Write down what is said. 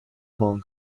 hong